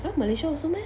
!huh! Malaysia also meh